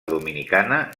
dominicana